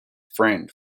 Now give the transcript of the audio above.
friend